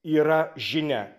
yra žinia